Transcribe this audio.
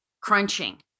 crunching